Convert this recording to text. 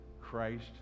Christ